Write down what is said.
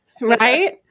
Right